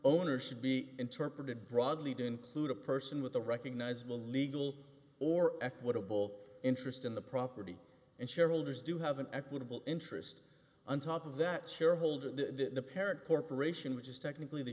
owner should be interpreted broadly to include a person with a recognizable legal or equitable interest in the property and shareholders do have an equitable interest on top of that shareholder the parent corporation which is technically the